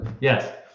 Yes